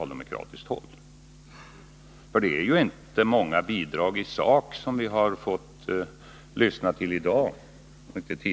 Något bidrag i sak från socialdemokraterna om hur energipolitiken skall utformas har vi inte fått lyssna till i dag heller.